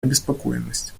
обеспокоенность